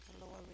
glory